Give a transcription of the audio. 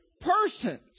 persons